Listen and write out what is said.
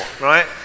right